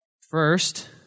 First